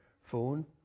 phone